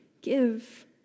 give